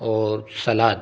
और सलाद